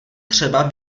třeba